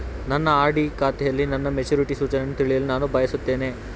ನನ್ನ ಆರ್.ಡಿ ಖಾತೆಯಲ್ಲಿ ನನ್ನ ಮೆಚುರಿಟಿ ಸೂಚನೆಯನ್ನು ತಿಳಿಯಲು ನಾನು ಬಯಸುತ್ತೇನೆ